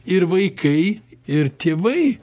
ir vaikai ir tėvai